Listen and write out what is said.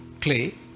clay